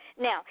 Now